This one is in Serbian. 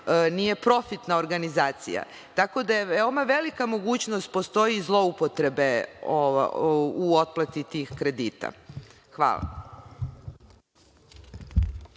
Nije profitna organizacija. Tako da postoji veoma velika mogućnost zloupotrebe u otplati tih kredita. Hvala.